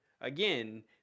again